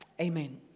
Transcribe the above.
Amen